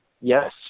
yes